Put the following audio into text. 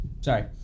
Sorry